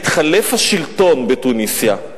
התחלף השלטון בתוניסיה,